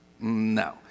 No